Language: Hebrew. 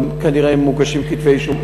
וכנראה מוגשים כתבי אישום,